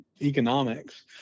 economics